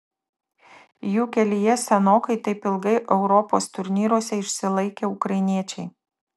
jų kelyje senokai taip ilgai europos turnyruose išsilaikę ukrainiečiai